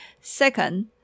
second